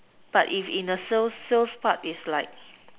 but if in sales sales part is like